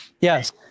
yes